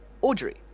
audrey